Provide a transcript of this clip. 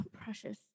precious